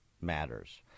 matters